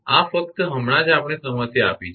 આ ફક્ત હમણાં જ આપણે સમસ્યા આપી છે